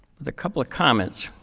with a couple of comments.